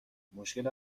مشکل